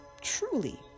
truly